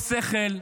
לא שכל,